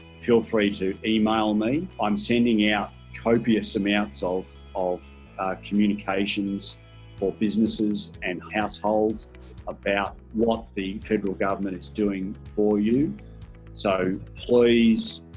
feel free to email me i'm sending out copious amounts of of communications for businesses and households about what the federal government is doing for you so please